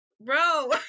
bro